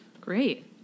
Great